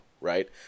right